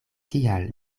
kial